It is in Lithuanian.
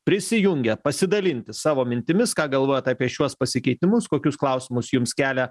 prisijungę pasidalinti savo mintimis ką galvojat apie šiuos pasikeitimus kokius klausimus jums kelia